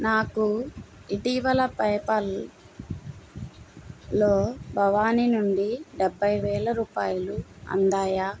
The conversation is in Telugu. నాకు ఇటీవల పేపాల్లో భవానీ నుండి డెబ్భై వేల రూపాయలు అందాయా